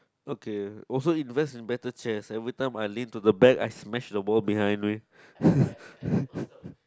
okay always invest in better chairs everytime I lean to the back I smash the wall behind me